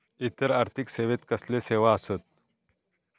इतर आर्थिक सेवेत कसले सेवा आसत?